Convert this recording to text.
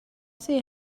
see